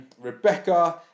rebecca